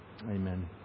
Amen